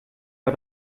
war